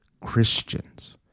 Christians